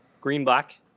green-black